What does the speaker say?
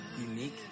Unique